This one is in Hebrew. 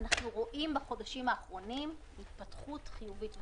אנחנו רואים בחודשים האחרונים התפתחות חיובית וחשובה.